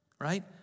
Right